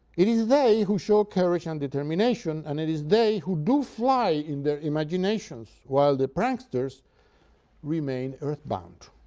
it is they who show courage and determination, and it is they who do fly in their imaginations, while the pranksters remain earth bound,